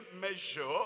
measure